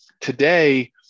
today